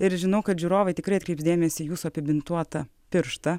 ir žinau kad žiūrovai tikrai atkreips dėmesį jūsų apibintuotą pirštą